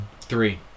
three